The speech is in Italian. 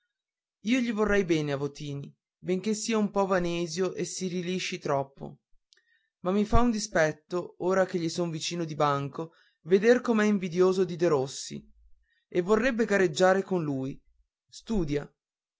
io gli vorrei bene a votini benché sia un po vanesio e si rilisci troppo ma mi fa dispetto ora che gli son vicino di banco veder com'è invidioso di derossi e vorrebbe gareggiare con lui studia